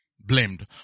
blamed